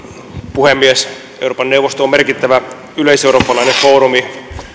puhemies euroopan neuvosto on merkittävä yleiseurooppalainen foorumi